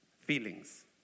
Feelings